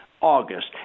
August